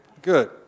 good